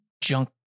junk